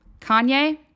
Kanye